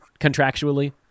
contractually